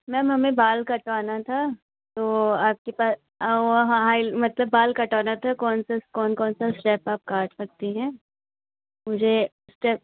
ma'am हमें बाल कटवाना था तो आपके पास आउ वहाँ आइल मतलब बाल कटवाना था कौन से कौन कौन से स्टेप आप काट सकती हैं मुझे स्टेप